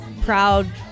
proud